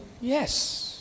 Yes